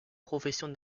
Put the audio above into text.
profession